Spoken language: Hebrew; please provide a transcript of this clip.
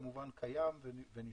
כמובן קיים ונשאר.